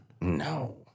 No